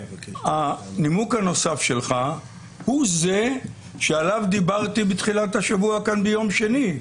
הנימוק הנוסף שלך הוא זה שעליו דיברתי בתחילת השבוע כאן ביום שני,